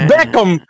Beckham